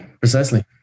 precisely